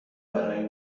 برای